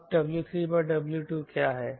अब W3W2 क्या है